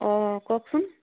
অঁ কওকচোন